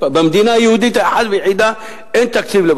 במדינה היהודית האחת והיחידה אין תקציב.